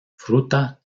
fruta